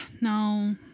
No